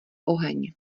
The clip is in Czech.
oheň